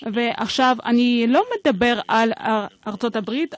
ועכשיו אני לא מדבר על ארצות הברית,